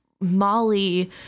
Molly